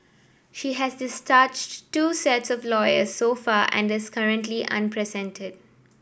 she has discharged two sets of lawyers so far and is currently unrepresented